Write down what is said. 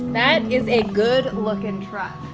that is a good-looking truck,